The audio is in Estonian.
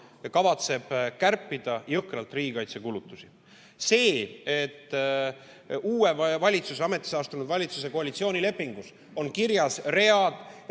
kavatseb kärpida jõhkralt riigikaitsekulutusi. Uue valitsuse, ametisse astunud valitsuse koalitsioonilepingus on kirjas read,